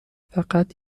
فقط